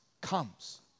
comes